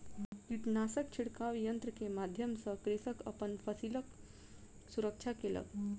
कीटनाशक छिड़काव यन्त्र के माध्यम सॅ कृषक अपन फसिलक सुरक्षा केलक